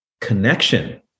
connection